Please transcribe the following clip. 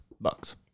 Bucks